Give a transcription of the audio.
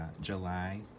July